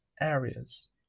areas